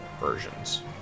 versions